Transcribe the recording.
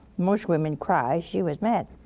most woman cry, she was mad.